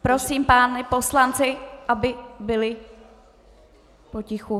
Prosím pány poslance, aby byli potichu.